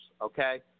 okay